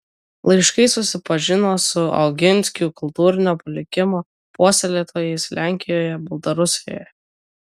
laiškais susipažino su oginskių kultūrinio palikimo puoselėtojais lenkijoje baltarusijoje